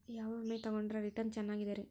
ಯಾವ ವಿಮೆ ತೊಗೊಂಡ್ರ ರಿಟರ್ನ್ ಚೆನ್ನಾಗಿದೆರಿ?